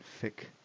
thick